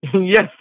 Yes